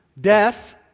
death